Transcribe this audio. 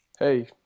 Hey